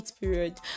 period